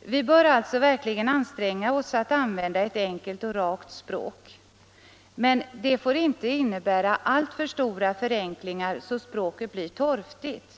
Vi bör alltså verkligen anstränga oss att använda ett enkelt och rakt språk. Men det får inte innebära alltför stora förenklingar, så att språket blir torftigt.